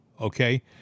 okay